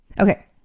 Okay